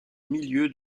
milieu